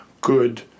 good